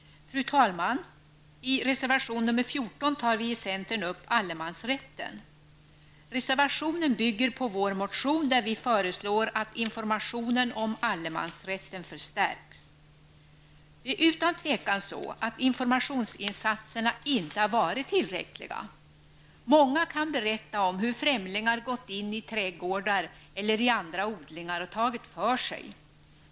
Fru talman! I reservation nr 14 tar vi i centern upp frågan om allemansrätten. Reservationen bygger på vår motion där vi föreslår att informationen om allemansrätten förstärks. Det är utan tvivel så att informationsinsatserna inte har varit tillräckliga. Många kan berätta om hur främlingar gått in i trädgårdar eller andra odlingar och tagit för sig.